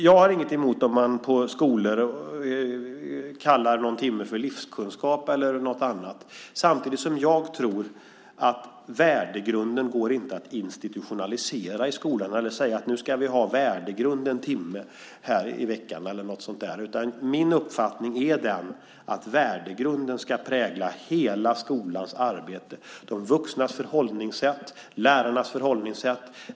Jag har inget emot om man på skolor kallar någon lektionstimme för livskunskap eller något annat. Samtidigt tror jag att värdegrunden inte går att institutionalisera i skolan. Man kan inte säga: Nu ska vi ha värdegrund en timme i veckan. Min uppfattning är att värdegrunden ska prägla hela skolans arbete, de vuxnas förhållningssätt och lärarnas förhållningssätt.